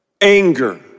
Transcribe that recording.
anger